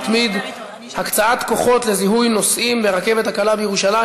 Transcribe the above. מתמיד: הקצאת כוחות משטרה לזיהוי נוסעים ברכבת הקלה בירושלים.